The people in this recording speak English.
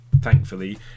thankfully